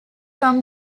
from